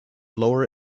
lower